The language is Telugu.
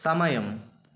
సమయం